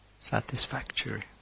Satisfactory